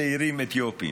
-- של צעירים אתיופים.